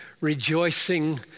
rejoicing